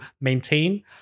maintain